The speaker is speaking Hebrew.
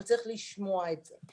אבל צריך לשמוע את זה.